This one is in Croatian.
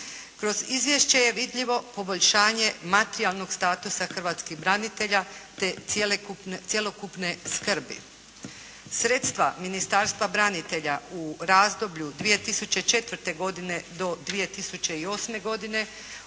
Kroz izvješće je vidljivo poboljšanje materijalnog statusa hrvatskih branitelja te cjelokupne skrbi. Sredstva Ministarstva branitelja u razdoblju 2004. godine do 2008. godine